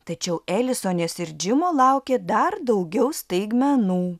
tačiau elisonės ir džimo laukė dar daugiau staigmenų